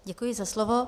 Děkuji za slovo.